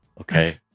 Okay